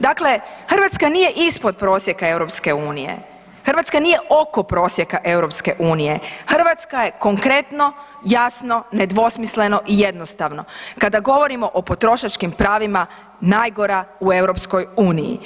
Dakle, Hrvatska nije ispod prosjeka EU, Hrvatska nije oko prosjeka EU, Hrvatska je konkretno, jasno, nedvosmisleno i jednostavno kada govorimo o potrošačkim pravima najgora u EU.